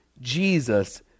Jesus